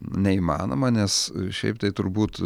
neįmanoma nes šiaip tai turbūt